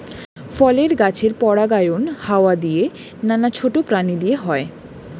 ফলের গাছের পরাগায়ন হাওয়া দিয়ে, নানা ছোট প্রাণী দিয়ে হয়